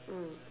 mm